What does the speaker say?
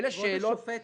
אלה שאלות --- כבוד השופט,